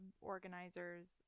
organizers